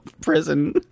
prison